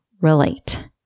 relate